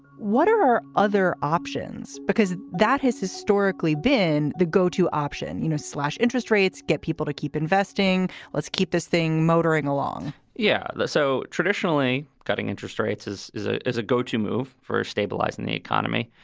what are are other options? because that has historically been the go to option. you know, slash interest rates, get people to keep investing. let's keep this thing motoring along yeah. so traditionally cutting interest rates is is ah as a go to move for stabilizing the economy.